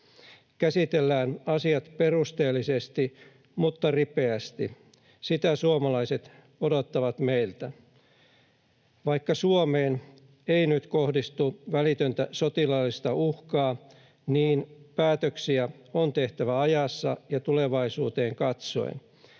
Käsitellään asiat perusteellisesti mutta ripeästi, sitä suomalaiset odottavat meiltä. Vaikka Suomeen ei nyt kohdistu välitöntä sotilaallista uhkaa, niin päätöksiä on tehtävä ajassa ja tulevaisuuteen katsoen.